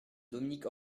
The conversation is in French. dominique